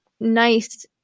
nice